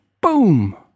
Boom